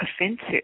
offensive